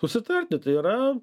susitarti tai yra